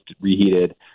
reheated